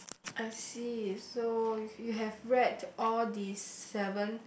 I see so you have read all the seven